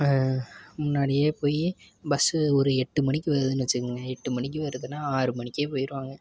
முன்னாடியே போய் பஸ்ஸு ஒரு எட்டு மணிக்கி வருதுன்னு வெச்சுக்கங்க எட்டு மணிக்கு வருதுன்னால் ஆறு மணிக்கே போயிடுவாங்க